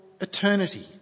eternity